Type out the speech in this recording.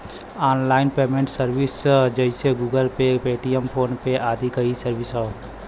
online payment service जइसे Google pay, Paytm, phone pay आदि कई सर्विस हौ